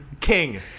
King